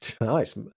nice